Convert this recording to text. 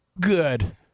Good